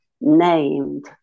named